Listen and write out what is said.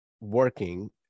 working